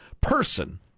person